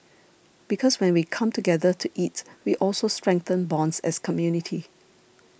because when we come together to eat we also strengthen bonds as community